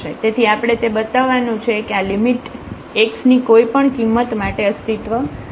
તેથી આપણે તે બતાવવાનું છે કે આ લિમિટ x ની કોઈપણ કિંમત માટે અસ્તિત્વ ધરાવે છે